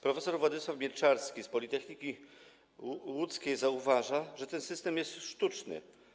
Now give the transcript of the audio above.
Prof. Władysław Mielczarski z Politechniki Łódzkiej zauważa, że ten system jest sztuczny: